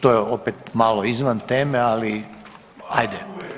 To je opet malo izvan teme, ali ajde.